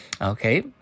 Okay